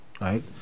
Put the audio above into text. right